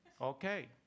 Okay